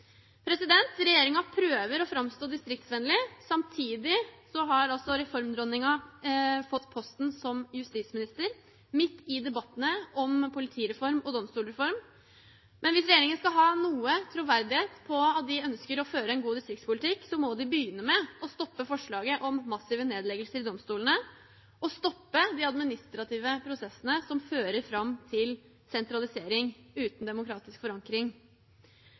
prøver å framstå distriktsvennlig. Samtidig har reformdronningen fått posten som justisminister midt i debattene om politireform og domstolreform. Hvis regjeringen skal ha noe troverdighet på at de ønsker å føre en god distriktspolitikk, må de begynne med å stoppe forslaget om massive nedleggelser i domstolene og stoppe de administrative prosessene som fører til sentralisering uten demokratisk forankring.